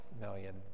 million